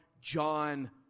John